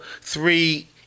three